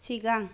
सिगां